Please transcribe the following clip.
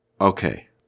Okay